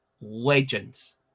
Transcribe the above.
legends